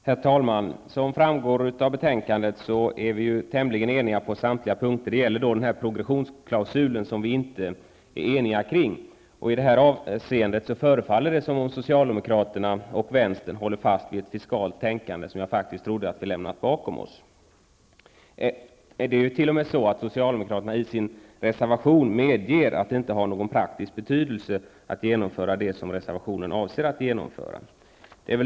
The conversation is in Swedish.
Herr talman! Som framgår av betänkandet är vi tämligen eniga på samtliga punkter. Vi är dock inte eniga om progressionsklausulen. I detta avseende förefaller det som om socialdemokraterna och vänstern håller fast vid ett fiskalt tänkande, som jag faktiskt trodde att vi har lämnat bakom oss. I sin reservation medger t.o.m. socialdemokraterna att det inte har någon praktisk betydelse om man genomför det som reservationen avser att genomföra.